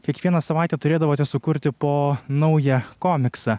kiekvieną savaitę turėdavote sukurti po naują komiksą